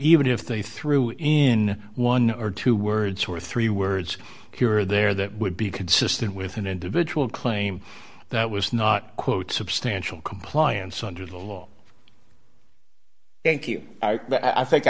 even if they threw in one or two words or three words here or there that would be consistent with an individual claim that was not quote substantial compliance under the law thank you i think